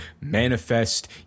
manifest